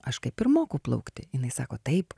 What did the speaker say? aš kaip ir moku plaukti jinai sako taip